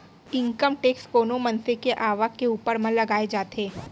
income tax कोनो मनसे के आवक के ऊपर म लगाए जाथे